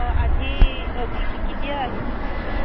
অঁ আজি অঁ কেতিয়া আহিব ল'ব